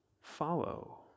follow